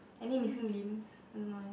any missing limbs no eh